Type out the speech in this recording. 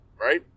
right